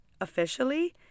officially